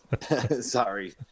Sorry